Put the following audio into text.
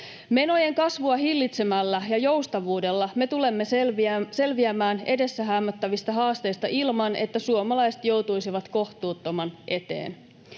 Menojen kasvua hillitsemällä ja joustavuudella me tulemme selviämään edessä häämöttävistä haasteista ilman, että suomalaiset joutuisivat kohtuuttoman eteen.